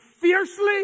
fiercely